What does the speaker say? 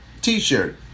t-shirt